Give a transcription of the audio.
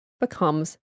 becomes